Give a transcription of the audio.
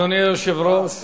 --- בדיחה.